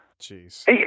Jeez